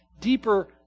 deeper